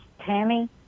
Tammy